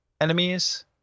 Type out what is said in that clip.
enemies